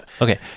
okay